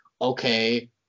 okay